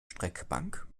streckbank